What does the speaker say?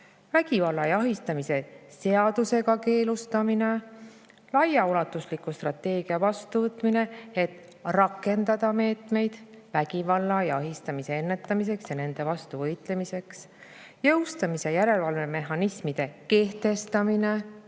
vägivalla ja ahistamise seadusega keelustamine; laiaulatusliku strateegia vastuvõtmine, et rakendada meetmeid vägivalla ja ahistamise ennetamiseks ja nende vastu võitlemiseks; jõustamis- ja järelevalvemehhanismide kehtestamine